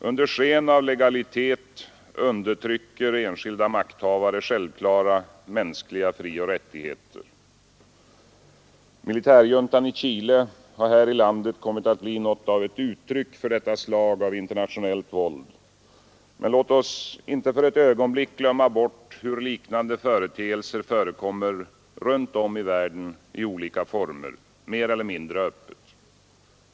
Under sken av legalitet undertrycker enskilda makthavare självklara mänskliga frioch rättigheter. Militärjuntan i Chile har här i landet kommit att bli något av ett uttryck för detta slag av internationellt våld, men låt oss inte för ett ögonblick glömma bort hur liknande företeelser förekommer runt om i världen i olika former, mer eller mindre öppet.